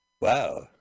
Wow